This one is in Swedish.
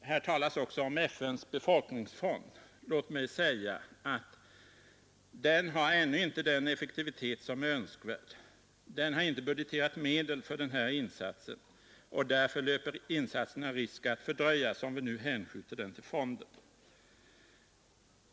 Här talas också om FN:s befolkningsfond. Låt mig säga att den ännu inte har den effektivitet som är önskvärd. Den har inte budgeterat medel för sådana här insatser, och därför löper insatserna risk att fördröjas om vi nu hänskjuter dem till fonden.